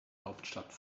hauptstadt